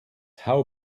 how